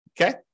Okay